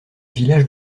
village